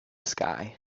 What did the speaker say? sky